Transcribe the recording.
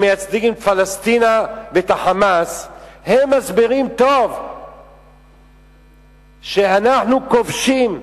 הם מייצגים את פלסטינה ואת ה"חמאס" הם מסבירים טוב שאנחנו כובשים.